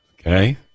Okay